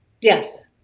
Yes